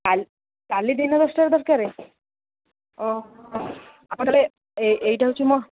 କାଲି କାଲି ଦିନ ଦଶଟାରେ ଦରକାର ଆପଣ ତାହାଲେ ଏଇଟା ହେଉଛି ମୋ